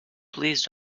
please